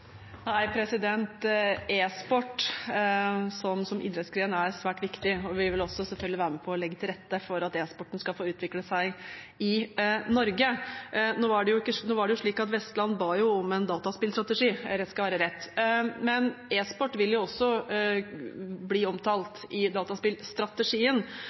som idrettsgren er svært viktig, og vi vil selvfølgelig også være med på å legge til rette for at e-sporten skal få utvikle seg i Norge. Nå var det jo slik at Vestland ba om en dataspillstrategi – rett skal være rett – men e-sport vil jo også bli